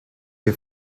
que